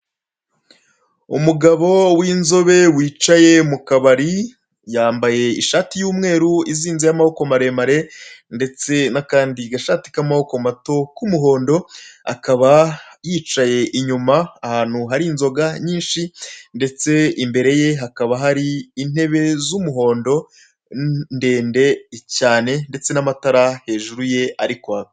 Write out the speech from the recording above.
Umugabo w'inzobe wicaye mu kabari, yambaye ishati y'umweru izinze y'amaboko maremare ndetse n'akandi gashati k'amaboko k'umuhondo, akaba yicaye inyuma ahantu hari inzoga nyinshi ndetse imbere ye hakaba hari intebe z'umuhondo ndende cyane ndetse n'amatara hejuru ye arikwaka.